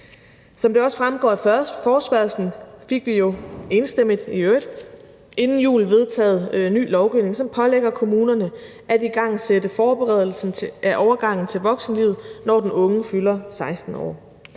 Som det også fremgår af forespørgslen, fik vi jo inden jul, i øvrigt enstemmigt, vedtaget ny lovgivning, som pålægger kommunerne at igangsætte forberedelsen af overgangen til voksenlivet, når den unge fylder 16 år.